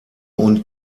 und